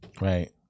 Right